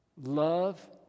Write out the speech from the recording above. love